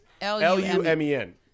L-U-M-E-N